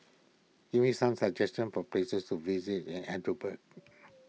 give me some suggestions for places to visit in Edinburgh